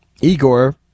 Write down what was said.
Igor